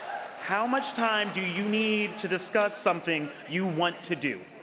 how much time do you need to discuss something you want to do?